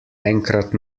enkrat